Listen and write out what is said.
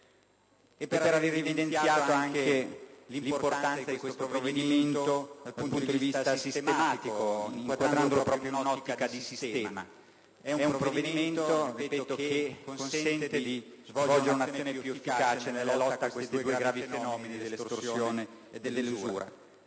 e per aver evidenziato l'importanza di questo provvedimento dal punto di vista sistematico, inquadrandolo in un'ottica di sistema, provvedimento che consente di svolgere un'azione più efficace nella lotta a questi due gravi fenomeni dell'estorsione e dell'usura.